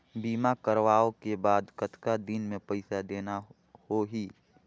बीमा करवाओ के बाद कतना दिन मे पइसा देना हो ही?